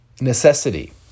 necessity